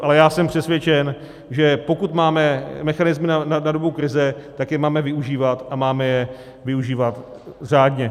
Ale já jsem přesvědčen, že pokud máme mechanismy na dobu krize, tak je máme využívat, a máme je využívat řádně.